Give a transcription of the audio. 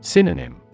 Synonym